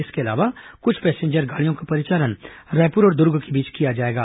इसके अलावा कुछ पैसेंजर गाड़ियों का परिचालन रायपुर और दुर्ग के बीच किया जाएगा